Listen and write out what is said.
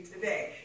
today